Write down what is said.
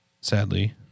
sadly